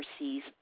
overseas